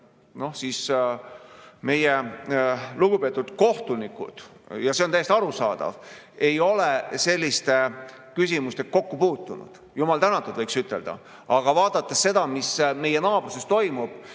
praegused lugupeetud kohtunikud, ja see on täiesti arusaadav, ei ole selliste küsimustega kokku puutunud. Jumal tänatud, võiks ütelda. Aga vaadates seda, mis meie naabruses toimub,